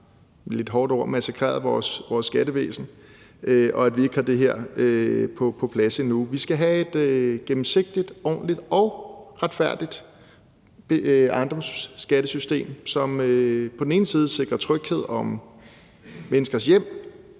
et lidt hårdt ord, massakreret vores skattevæsen, og at vi ikke har det her på plads endnu. Vi skal have et gennemsigtigt, ordentligt og retfærdigt ejendomsskattesystem, som på den ene side sikrer tryghed om menneskers hjem,